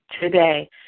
today